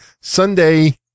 Sunday